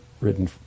written